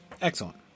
Excellent